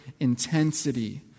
intensity